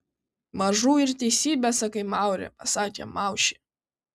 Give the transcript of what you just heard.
mažu ir teisybę sakai maure pasakė maušė